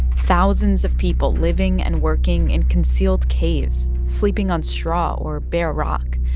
thousands of people living and working in concealed caves, sleeping on straw or bare rock.